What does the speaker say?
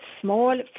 small